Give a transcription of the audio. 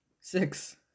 Six